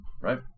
right